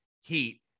heat